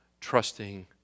trusting